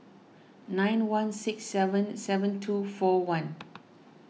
nine one six seven seven two four one